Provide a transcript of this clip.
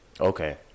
Okay